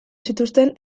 zituzten